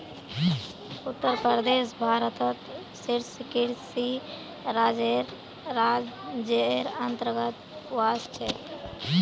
उत्तर प्रदेश भारतत शीर्ष कृषि राज्जेर अंतर्गतत वश छेक